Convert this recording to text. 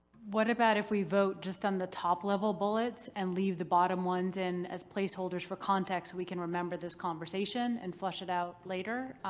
what about if we vote just on the top level bullets and leave the bottom ones in as placeholders for context so we can remember this conversation and flush it out later,